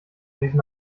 diesen